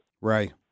Right